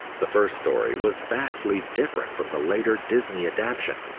the first story was vastly different from the later disney adaption,